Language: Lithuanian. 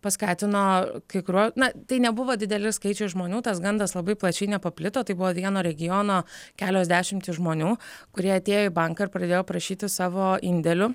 paskatino kai kuriuo na tai nebuvo dideli skaičiai žmonių tas gandas labai plačiai nepaplito tai buvo vieno regiono kelios dešimtys žmonių kurie atėjo į banką ir pradėjo prašyti savo indėlių